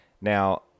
Now